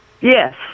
Yes